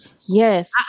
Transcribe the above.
Yes